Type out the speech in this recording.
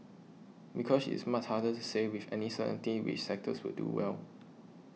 because it is much harder to say with any certainty which sectors will do well